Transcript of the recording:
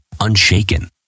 Unshaken